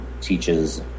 teaches